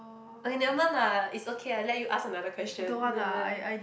okay nevermind ah it's okay I let you ask another question n~ n~